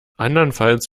andernfalls